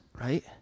right